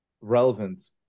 relevance